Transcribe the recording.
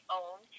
own